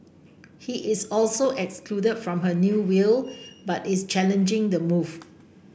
he is also excluded from her new will but is challenging the move